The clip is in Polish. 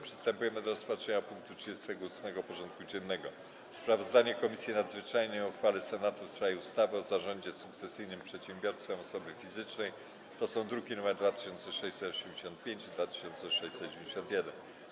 Przystępujemy do rozpatrzenia punktu 38. porządku dziennego: Sprawozdanie Komisji Nadzwyczajnej o uchwale Senatu w sprawie ustawy o zarządzie sukcesyjnym przedsiębiorstwem osoby fizycznej (druki nr 2685 i 2691)